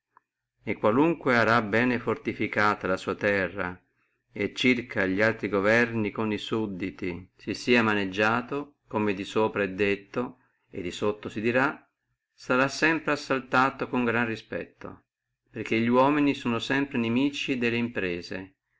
e qualunque arà bene fortificata la sua terra e circa li altri governi con li sudditi si fia maneggiato come di sopra è detto e di sotto si dirà sarà sempre con grande respetto assaltato perché li uomini sono sempre nimici delle imprese